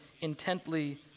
intently